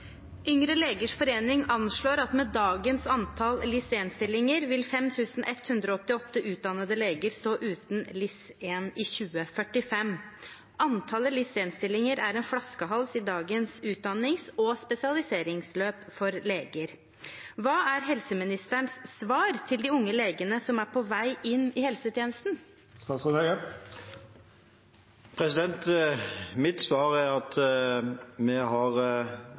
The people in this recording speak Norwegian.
Yngre legers forening anslår at med dagens antall LIS1- stillinger vil 5 188 utdannede leger stå uten LIS1 i 2045. Antallet LIS1-stillinger er en flaskehals i dagens utdannings- og spesialiseringsløp for leger. Hva er helseministerens svar til de unge legene som er på vei inn i helsetjenesten? Mitt svar er at vi har